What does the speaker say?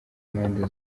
mpande